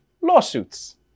lawsuits